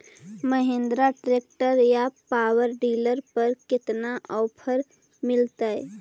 Mahindra tractor या power dealer पर कितना ओफर मीलेतय?